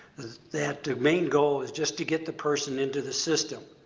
that the main goal is just to get the person into the system.